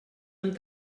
amb